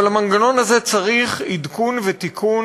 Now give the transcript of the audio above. אבל המנגנון הזה צריך עדכון ותיקון